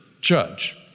judge